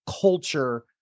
culture